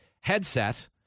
headset